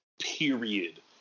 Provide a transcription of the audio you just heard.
period